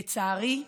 לצערי,